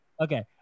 okay